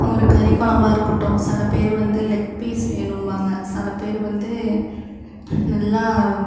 ஒரு கறிக்கொழம்பா இருக்கட்டும் சில பேர் வந்து லெக் பீஸ் வேணும்பாங்க சில பேர் வந்து நல்லா